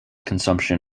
consumption